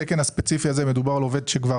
בתקן הספציפי הזה מדובר על עובד שכבר